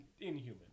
inhuman